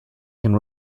can